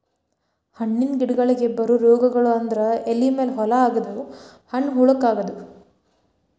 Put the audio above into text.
ಹಣ್ಣಿನ ಗಿಡಗಳಿಗೆ ಬರು ರೋಗಗಳು ಅಂದ್ರ ಎಲಿ ಮೇಲೆ ಹೋಲ ಆಗುದು, ಹಣ್ಣ ಹುಳಕ ಅಗುದು